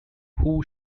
who